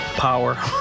Power